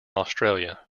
australia